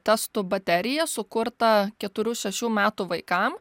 testų bateriją sukurtą keturių šešių metų vaikam